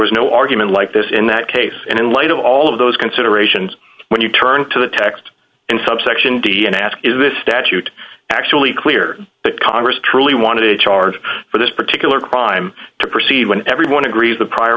was no argument like this in that case and in light of all of those considerations when you turn to the text in subsection d n a ask is this statute actually clear that congress truly wanted a charge for this particular crime to proceed when everyone agrees the prior